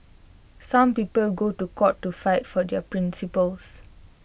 some people go to court to fight for their principles